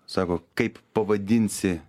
sako kaip pavadinsi